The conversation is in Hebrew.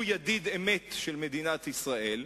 הוא ידיד אמת של מדינת ישראל.